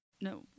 no